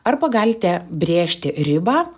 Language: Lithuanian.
arba galite brėžti ribą